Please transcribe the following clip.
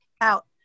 out